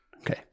Okay